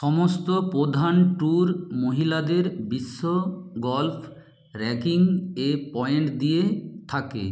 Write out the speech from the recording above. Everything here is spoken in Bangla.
সমস্ত প্রধান ট্যুর মহিলাদের বিশ্ব গল্ফ র্যাঙ্কিং এ পয়েন্ট দিয়ে থাকে